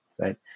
right